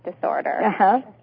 disorder